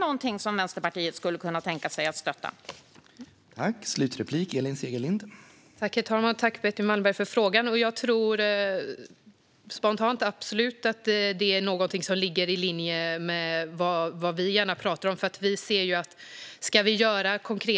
Skulle alltså Vänsterpartiet kunna tänka sig att stötta LCA-analyser?